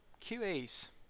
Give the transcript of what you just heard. QAs